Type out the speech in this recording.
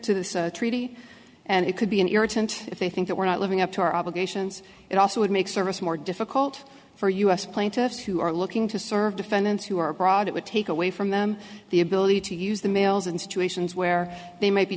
to this treaty and it could be an irritant if they think that we're not living up to our obligations it also would make service more difficult for us plaintiffs who are looking to serve defendants who are brought it would take away from them the ability to use the mails in situations where they might be